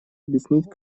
объяснить